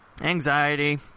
anxiety